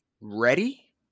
ready